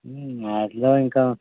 వాటిలో ఇంక